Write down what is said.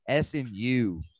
SMU